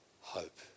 hope